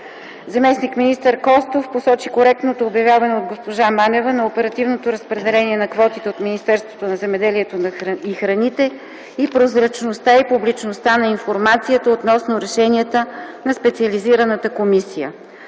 Заместник-министър Костов посочи коректното обявяване на госпожа Манева на оперативното разпределение на квотите от Министерството на земеделието и храните и прозрачността, и публичността на информацията относно решенията на специализираната комисия.